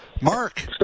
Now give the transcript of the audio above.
Mark